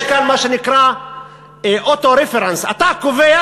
יש כאן מה שנקרא auto-reference: אתה קובע,